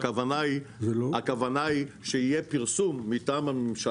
הכוונה היא שיהיה פרסום מטעם הממשלה.